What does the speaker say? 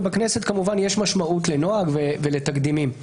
ובכנסת כמובן יש משמעות לנוהג ולתקדימים.